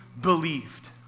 believed